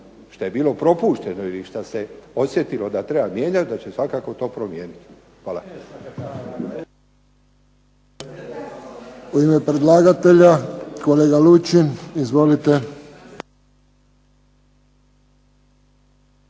šta je bilo propušteno ili šta se osjetilo da treba mijenjat da će svakako to promijenit. Hvala.